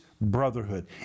Brotherhood